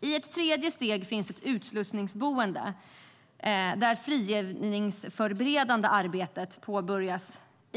I ett tredje steg finns ett utslussningsboende där det frigivningsförberedande arbetet påbörjas.